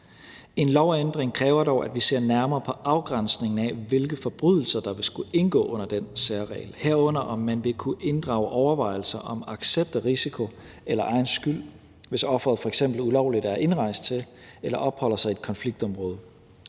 En lovændring kræver dog, at vi ser nærmere på afgrænsningen af, hvilke forbrydelser der vil skulle indgå under den særregel, herunder om man vil kunne inddrage overvejelser om accept af risiko eller egen skyld, hvis offeret f.eks. ulovligt er indrejst til eller opholder sig i et konfliktområde.